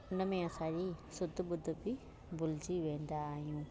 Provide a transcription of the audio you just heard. उनमें असां ई सुध बुध बि भुलिजी वेंदा आहियूं